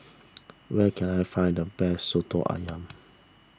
where can I find the best Soto Ayam